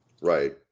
Right